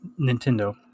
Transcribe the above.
Nintendo